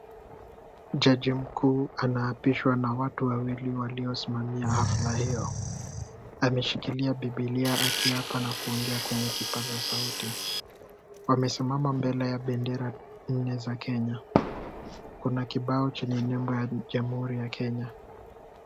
Jaji mkuu anaapishwa na watu wawili waliosimamia hafla hiyo. Ameshikilia bibilia akiapa akiongea kwenye kipaza sauti. Wamesimama mbele ya bendera nne za Kenya. Kuna kibao chenye nembo ya jamhuri ya Kenya.